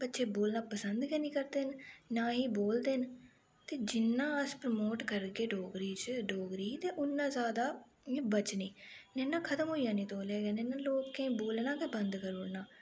बच्चे बोलना पसंद गै नी करदे न ना ही बोलदे न ते जिन्ना अस प्रोमोट करगे डोगरी च डोगरी गी ते उन्ना ज्यादा इयां बचनी नेईं इन्नै खतम होई जानी तौले गै लोकें बोलना गै बंद करी ओड़ना